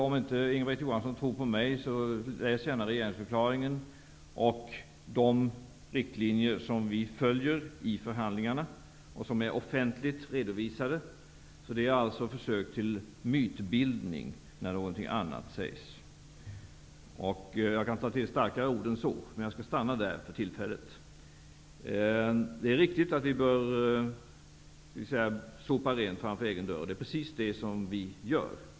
Om Inga-Britt Johansson inte tror på mig, kan jag hänvisa till regeringsförklaringen och de riktlinjer som vi följer i förhandlingarna och som är offentligt redovisade. Det är alltså försök till mytbildning när någonting annat sägs. Jag kan ta till starkare ord än så, men jag skall stanna där för tillfället. Det är riktigt att vi bör sopa rent framför egen dörr. Det är precis vad vi gör.